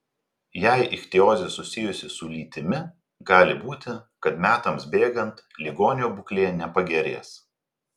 jei ichtiozė susijusi su lytimi gali būti kad metams bėgant ligonio būklė nepagerės